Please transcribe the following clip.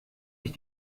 ich